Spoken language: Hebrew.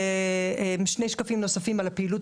אציג שני שקפים נוספים על הפעילות